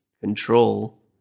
control